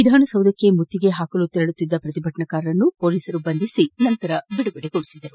ವಿಧಾನಸೌಧಕ್ಕೆ ಮುತ್ತಿಗೆ ಹಾಕಲು ತೆರಳುತ್ತಿದ್ದ ಪ್ರತಿಭಟನಾಕಾರರನ್ನು ಪೊಲೀಸರು ಬಂಧಿಸಿ ಬಿದುಗಡೆಗೊಳಿಸಿದರು